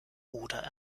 oder